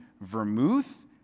vermouth